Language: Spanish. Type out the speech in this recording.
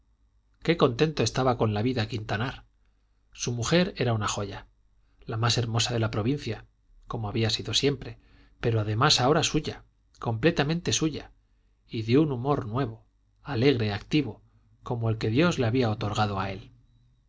qué contento estaba con la vida quintanar su mujer era una joya la más hermosa de la provincia como había sido siempre pero además ahora suya completamente suya y de un humor nuevo alegre activo como el que dios le había otorgado a él